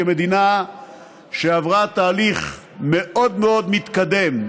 כמדינה שעברה תהליך מאוד מאוד מתקדם,